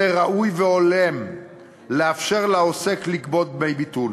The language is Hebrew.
ראוי והולם לאפשר לעוסק לגבות דמי ביטול.